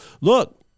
Look